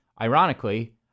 ironically